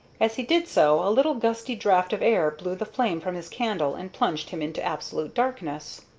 as he did so a little gusty draught of air blew the flame from his candle and plunged him into absolute darkness.